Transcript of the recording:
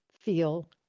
feel